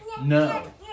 no